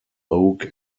oak